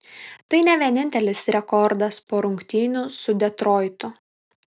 tai ne vienintelis rekordas po rungtynių su detroitu